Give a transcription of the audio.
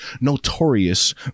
Notorious